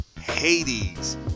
Hades